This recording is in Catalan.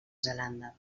zelanda